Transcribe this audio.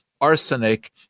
arsenic